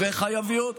סבירות,